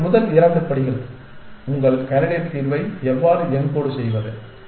இவை முதல் 2 படிகள் உங்கள் கேண்டிடேட் தீர்வை எவ்வாறு யென்கோட் செய்வது